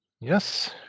Yes